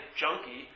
junkie